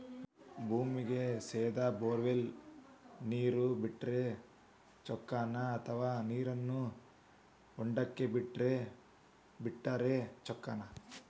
ಭೂಮಿಗೆ ಸೇದಾ ಬೊರ್ವೆಲ್ ನೇರು ಬಿಟ್ಟರೆ ಚೊಕ್ಕನ ಅಥವಾ ನೇರನ್ನು ಹೊಂಡಕ್ಕೆ ಬಿಟ್ಟು ಬಿಟ್ಟರೆ ಚೊಕ್ಕನ?